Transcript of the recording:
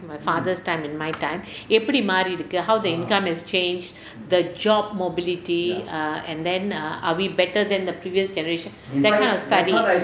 my father's time and my time எப்படி மாரி இருக்கு:eppadi maari irukku how the income has changed the job mobility err and then err are we better than the previous generation that kind of study